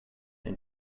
and